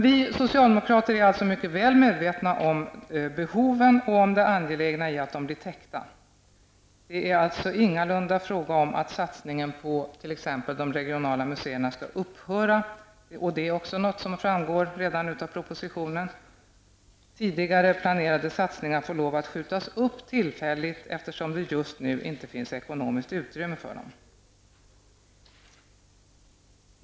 Vi socialdemokrater är mycket väl medvetna om behoven och om det angelägna i att de blir täckta. Det är alltså ingalunda fråga om att satsningen på t.ex. de regionala museerna skall upphöra. Det framgår också redan av propositionen. Tidigare planerade satsningar får lov att skjutas upp tillfälligt, eftersom det just nu inte finns ekonomiskt utrymme för dem.